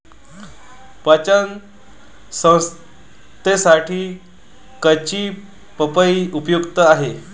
पचन संस्थेसाठी कच्ची पपई उपयुक्त आहे